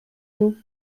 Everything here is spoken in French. nous